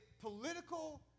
political